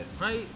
right